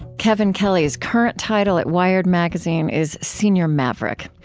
kevin kelly's current title at wired magazine is senior maverick.